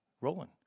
rolling